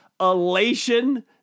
elation